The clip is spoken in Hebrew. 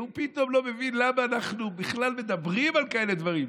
והוא פתאום לא מבין למה אנחנו בכלל מדברים על כאלה דברים,